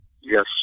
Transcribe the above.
Yes